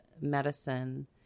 medicine